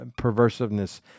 perversiveness